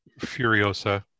furiosa